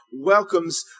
welcomes